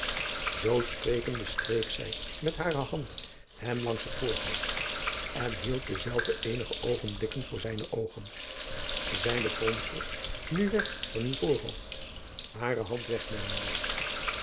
zoo sprekende streek zij met hare hand hem langs het voorhoofd en hield dezelve eenige oogenblikken voor zijne oogen ijn de fronsels nu weg van uw voorhoofd hare hand wegnemende